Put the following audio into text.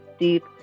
deep